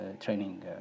training